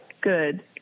Good